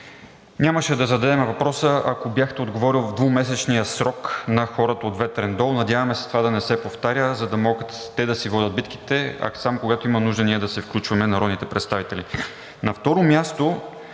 нямаше да зададем въпроса, ако бяхте отговорили в двумесечния срок на хората от Ветрен дол. Надяваме се това да не се повтаря, за да могат те да си водят битката, а само когато има нужда, ние да се включваме, народните представители. На второ място,